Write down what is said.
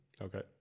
Okay